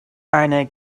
einer